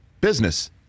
business